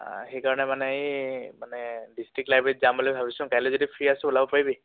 সেইকাৰণে মানে এই মানে ডিষ্ট্ৰিক্ লাইব্ৰেৰীত যাম বুলি ভাবিছোঁ কাইলে যদি ফ্ৰী আছো ওলাব পাৰিবি